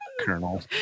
Colonel